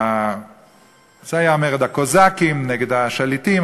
זה היה מרד הקוזקים נגד השליטים,